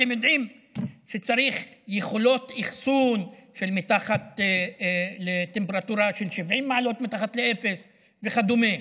אתם יודעים שצריך יכולות אחסון בטמפרטורה 70 מעלות מתחת לאפס וכדומה.